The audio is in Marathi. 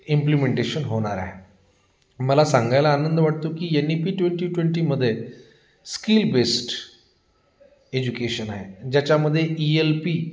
इम्प्लिमेंटेशन होणार आहे मला सांगायला आनंद वाटतो की एन ई पी ट्वेंटी ट्वेंटीमध्ये स्किल बेस्ड एज्युकेशन आहे ज्याच्यामध्ये ई एल पी